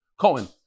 Cohen